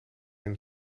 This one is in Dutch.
een